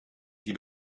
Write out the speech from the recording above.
die